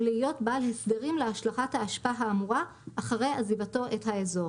ולהיות בעל הסדרים להשלכת האשפה האמורה אחרי עזיבתו את האזור.